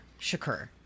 Shakur